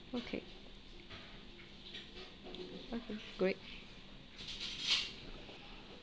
okay okay good